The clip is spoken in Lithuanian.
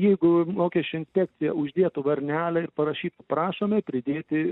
jeigu mokesčių inspekcija uždėtų varnelę ir parašytų prašome pridėti